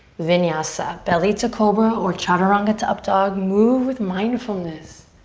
vinyasa. belly to cobra or chaturanga to up dog. move with mindfulness,